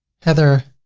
heather.